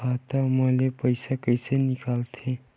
खाता मा ले पईसा कइसे निकल थे?